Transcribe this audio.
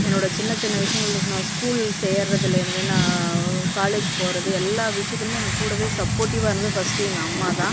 என்னோட சின்னச் சின்ன விஷயங்கள் நான் ஸ்கூல் சேர்வதுலேருந்து நான் காலேஜ் போகிறது எல்லா விஷயத்திலும் எனக்கு கூடவே சப்போர்ட்டிவ்வாக இருந்தது ஃபஸ்ட் எங்கள் அம்மா தான்